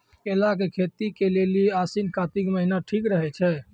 केला के खेती के लेली आसिन कातिक महीना ठीक रहै छै